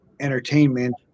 entertainment